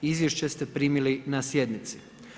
Izvješće ste primili na sjednici.